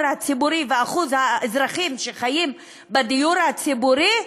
הציבורי ואחוז האזרחים שגרים בדיור הציבורי,